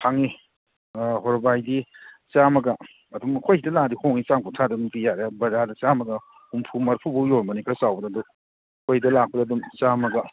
ꯐꯪꯉꯤ ꯑꯥ ꯍꯣꯔꯣꯕꯥꯏꯗꯤ ꯆꯥꯝꯃꯒ ꯑꯗꯨꯝ ꯑꯩꯈꯣꯏ ꯁꯤꯗ ꯂꯥꯛꯑꯗꯤ ꯍꯣꯡꯉꯤ ꯆꯥꯝ ꯀꯨꯟꯊ꯭ꯔꯥꯗ ꯑꯗꯨꯝ ꯄꯤ ꯌꯥꯔꯦ ꯕꯖꯥꯔꯗ ꯆꯥꯝꯃꯒ ꯍꯨꯝꯐꯨ ꯃꯔꯤꯐꯨ ꯐꯥꯎ ꯌꯣꯟꯕꯅꯤ ꯈꯔ ꯆꯥꯎꯕꯗ ꯑꯩꯈꯣꯏ ꯁꯤꯗ ꯂꯥꯛꯄꯗ ꯑꯗꯨꯝ ꯆꯥꯝꯃꯒ